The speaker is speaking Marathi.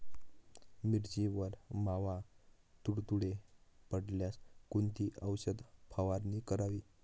मिरचीवर मावा, तुडतुडे पडल्यास कोणती औषध फवारणी करावी?